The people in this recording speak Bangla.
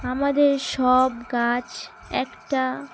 আমাদের সব গাছ একটা